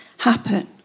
happen